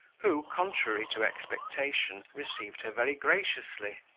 who, contrary to expectation, received her very graciously,